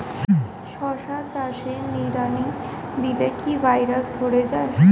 শশা চাষে নিড়ানি দিলে কি ভাইরাস ধরে যায়?